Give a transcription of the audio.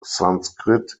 sanskrit